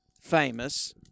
famous